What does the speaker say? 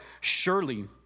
Surely